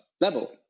level